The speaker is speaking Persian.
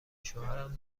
شوهرم